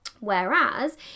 Whereas